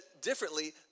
differently